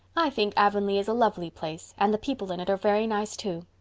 i think avonlea is a lovely place and the people in it are very nice, too.